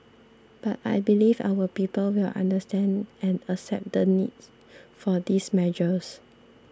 but I believe our people will understand and accept the need for these measures